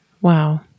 Wow